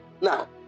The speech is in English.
Now